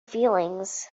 feelings